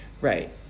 Right